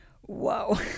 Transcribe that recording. whoa